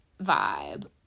vibe